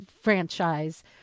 franchise